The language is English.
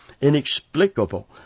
inexplicable